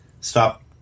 stop